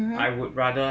mmhmm